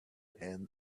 hand